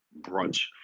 brunch